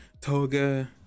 Toga